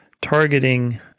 targeting